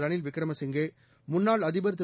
ரனில் விக்ரமசிங்கே முன்னாள் அதிபர் திரு